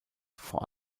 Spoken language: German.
vor